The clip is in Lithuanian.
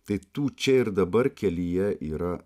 tai tu čia ir dabar kelyje yra